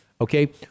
okay